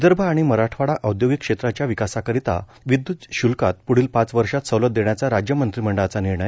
विदर्भ आणि मराठवाडा औद्योगिक क्षेत्रांच्या विकासाकरीता विद्युत शुल्कात पुढील पाच वर्षात सवलत देण्याचा राज्य मंत्रिमंडळाचा निर्णय